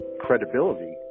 credibility